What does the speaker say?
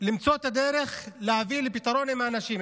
ביקשנו למצוא את הדרך להביא לפתרון עם האנשים,